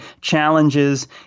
challenges